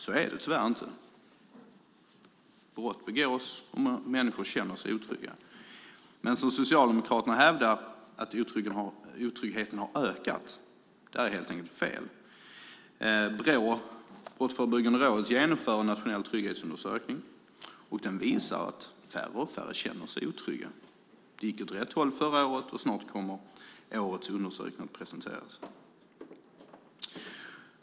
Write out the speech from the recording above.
Så är det tyvärr inte. Brott begås, och människor känner sig otrygga. Socialdemokraterna hävdar att otryggheten har ökat, men det är helt enkelt fel. Brottsförebyggande rådet genomför en nationell trygghetsundersökning, och den visar att färre och färre känner sig otrygga. Det gick åt rätt håll förra året, och snart kommer årets undersökning att presenteras.